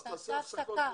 כל פעם תעשה הפסקה בדברים.